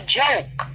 joke